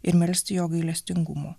ir melsti jo gailestingumo